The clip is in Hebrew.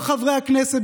כל חברי הכנסת,